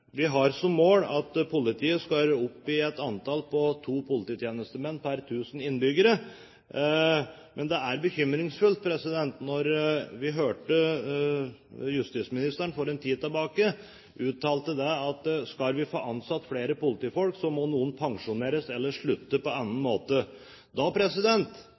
Vi har som mål at man i politiet skal ha et antall på to polititjenestemenn per 1 000 innbyggere, men det var bekymringsfullt da vi hørte justisministeren for en tid tilbake uttale at om vi skal få ansatt flere politifolk, må noen pensjoneres eller slutte på annen måte. Da